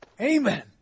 Amen